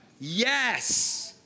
Yes